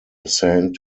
saint